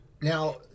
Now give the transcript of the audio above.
Now